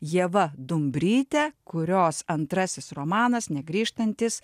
ieva dumbryte kurios antrasis romanas negrįžtantys